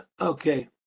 Okay